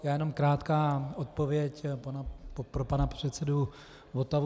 Jenom krátká odpověď pro pana předsedu Votavu.